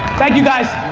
thank you guys.